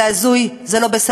זה הזוי, זה לא בסדר.